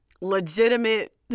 legitimate